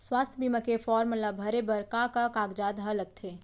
स्वास्थ्य बीमा के फॉर्म ल भरे बर का का कागजात ह लगथे?